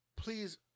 Please